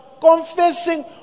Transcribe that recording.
confessing